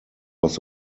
was